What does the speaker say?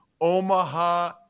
Omaha